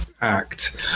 act